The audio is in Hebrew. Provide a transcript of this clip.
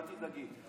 אל תדאגי,